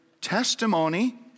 testimony